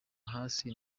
hasi